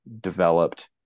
developed